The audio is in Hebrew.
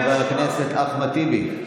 חבר הכנסת אחמד טיבי,